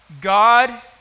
God